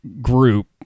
group